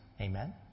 Amen